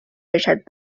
richard